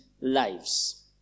lives